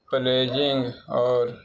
pledging اور